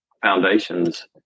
foundations